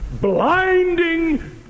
Blinding